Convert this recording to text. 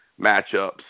matchups